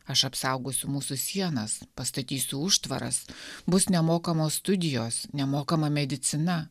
aš apsaugosiu mūsų sienas pastatysiu užtvaras bus nemokamos studijos nemokama medicina